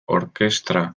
orkestra